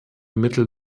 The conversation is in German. mittel